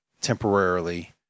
temporarily